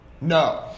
No